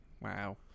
Wow